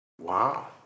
Wow